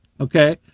Okay